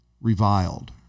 reviled